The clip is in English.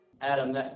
Adam